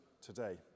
today